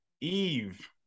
Eve